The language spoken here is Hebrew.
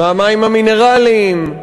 מהמים המינרליים,